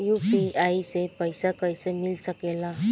UPI से पइसा कईसे मिल सके ला?